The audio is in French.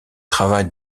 travail